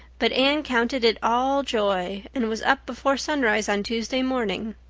but anne counted it all joy, and was up before sunrise on tuesday morning.